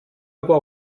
aber